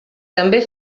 també